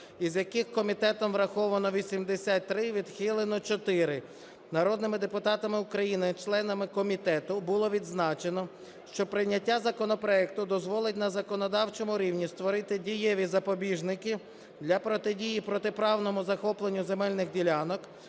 із яких комітетом враховано 83, відхилено 4. Народними депутатами України - членами комітету було відзначено, що прийняття законопроекту дозволить на законодавчому рівні створити дієві запобіжники для протидії протиправному захопленню земельних ділянок,